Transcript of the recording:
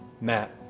Matt